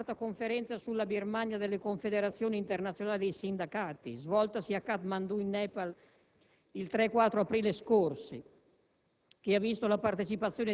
La dichiarazione finale della IV Conferenza sulla Birmania delle Confederazioni internazionali dei Sindacati, svoltasi a Katmandu in Nepal, il 3 e 4 aprile scorsi,